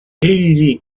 egli